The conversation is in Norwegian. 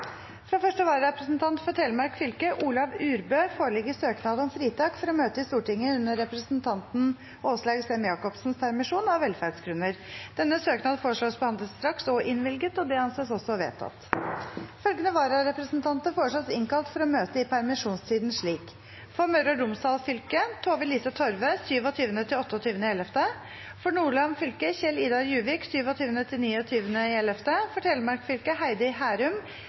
Fra første vararepresentant for Telemark fylke, Olav Urbø , foreligger søknad om fritak for å møte i Stortinget under representanten Åslaug Sem-Jacobsens permisjon, av velferdsgrunner. Etter forslag fra presidenten ble enstemmig besluttet: Søknaden behandles straks og innvilges. Følgende vararepresentanter innkalles for å møte i permisjonstiden: For Møre og Romsdal fylke: Tove-Lise Torve 27.–28. november For Nordland fylke: Kjell-Idar Juvik 27.–29. november For Telemark fylke: